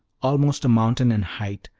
almost a mountain in height,